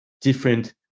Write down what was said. different